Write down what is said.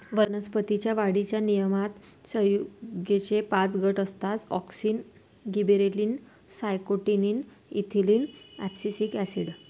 वनस्पतीं च्या वाढीच्या नियमनात संयुगेचे पाच गट असतातः auxin, gibberellin, cytokinin, ethylene, abscisic acid